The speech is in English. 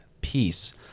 peace